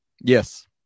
Yes